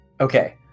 Okay